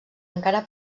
encara